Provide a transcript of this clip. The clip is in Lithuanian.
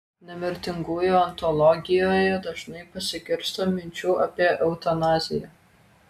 nemirtingųjų ontologijoje dažnai pasigirsta minčių apie eutanaziją